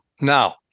now